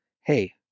hey